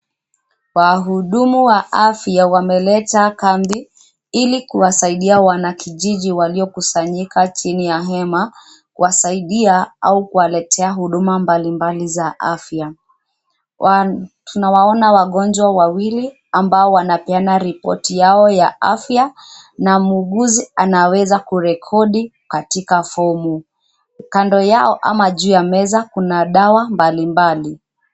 Wahudumu wa afya wameleta kambi ili kuwasaidia wanakijiji waliokusanyika chini ya hema; kuwasaida au kuwaletea huduma mbalimbali za afya. Tunawaona wagonjwa wawili ambao wanapeana ripoti yao ya afya na muuguzi anaweza kurekodi katika fomu. Kando yao ama juu ya meza kuna dawa mbalimbali.